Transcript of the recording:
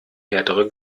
härtere